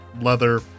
leather